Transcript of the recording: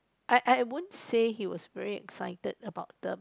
I I wouldn't say he was very exited about them